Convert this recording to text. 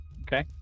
okay